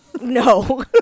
No